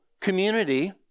community